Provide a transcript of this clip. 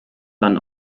van